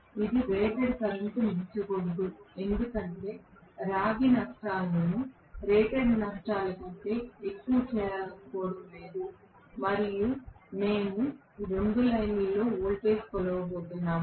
ఇది రేటెడ్ కరెంట్ను మించకూడదు ఎందుకంటే రాగి నష్టాలను రేటెడ్ నష్టాల కంటే ఎక్కువగా చేయాలనుకోవడం లేదు మరియు మేము 2 లైన్లలో వోల్టేజ్ను కొలవబోతున్నాము